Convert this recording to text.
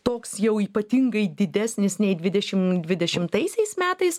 toks jau ypatingai didesnis nei dvidešim dvidešimtaisiais metais